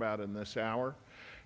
about in this hour